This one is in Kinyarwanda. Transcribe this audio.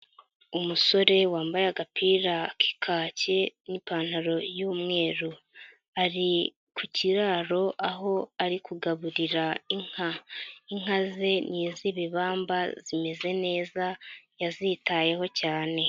Umusore wambaye agapira k'ikake n'ipantaro y'umweru, ari ku kiraro aho ari kugaburira inka, inka ze ni iz'ibibamba zimeze neza yazitayeho cyane.